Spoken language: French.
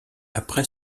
après